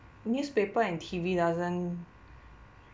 newspaper and T_V doesn't